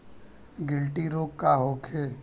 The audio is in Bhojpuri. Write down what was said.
गिलटी रोग का होखे?